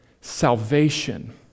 Salvation